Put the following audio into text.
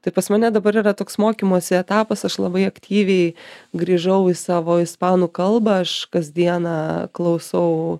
tai pas mane dabar yra toks mokymosi etapas aš labai aktyviai grįžau į savo ispanų kalbą aš kasdieną klausau